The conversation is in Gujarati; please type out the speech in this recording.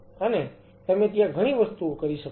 અને તમે ત્યાં ઘણી બધી વસ્તુઓ કરી શકો છો